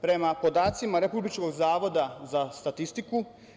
Prema podacima Republičkog zavoda za statistiku.